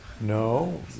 No